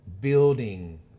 building